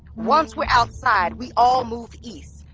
once we're outside we all move east.